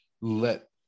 let